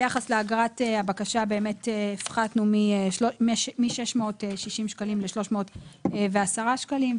את אגרת הבקשה הפחתנו מ-660 שקלים ל-310 שקלים,